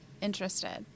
interested